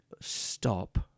stop